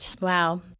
Wow